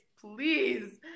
please